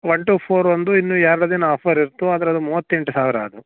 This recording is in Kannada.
ವನ್ ಟು ಫೋರ್ ಒಂದು ಇನ್ನೂ ಎರಡು ದಿನ ಆಫರ್ ಇರ್ತು ಆದ್ರೆ ಅದು ಮೂವತ್ತೆಂಟು ಸಾವಿರ ಅದು